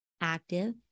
active